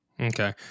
Okay